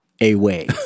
away